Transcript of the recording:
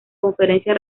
conferencia